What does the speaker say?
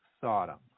Sodom